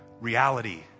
reality